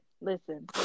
listen